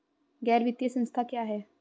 गैर वित्तीय संस्था क्या है?